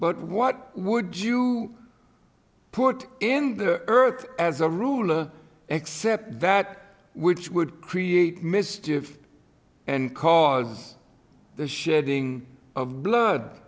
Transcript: but what would you put in the earth as a ruler except that which would create mischief and cause the shedding of blood